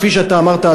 כפי שאתה אמרת,